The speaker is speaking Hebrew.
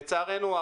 לצערנו,